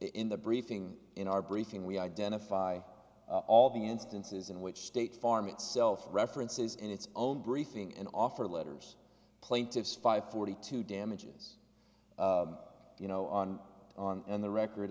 in the briefing in our briefing we identify all the instances in which state farm itself references in its own briefing and offer letters plaintiff's five forty two damages you know on on and the record